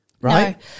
right